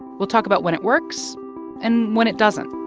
we'll talk about when it works and when it doesn't